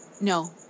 no